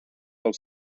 del